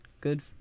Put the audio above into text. good